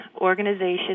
organization